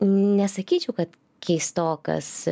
nesakyčiau kad keistokas